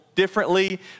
Differently